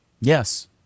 Yes